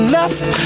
left